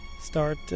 start